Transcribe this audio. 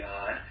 God